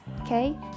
okay